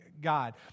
God